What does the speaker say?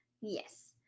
Yes